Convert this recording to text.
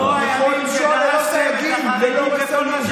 גורם לא יכול למשול ללא סייגים, ללא רסנים.